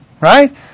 right